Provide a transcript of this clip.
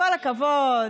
כל הכבוד.